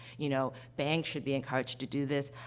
you know, banks should be encouraged to do this,